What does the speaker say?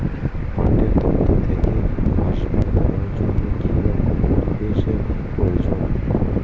পাটের দণ্ড থেকে আসবাব করার জন্য কি রকম পরিবেশ এর প্রয়োজন?